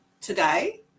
today